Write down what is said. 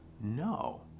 no